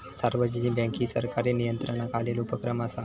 सार्वजनिक बँक ही सरकारी नियंत्रणाखालील उपक्रम असा